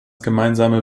gemeinsame